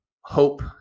hope